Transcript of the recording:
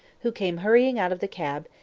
who came hurrying out of the cab,